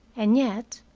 and yet